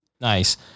Nice